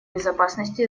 безопасности